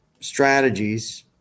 strategies